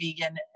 vegan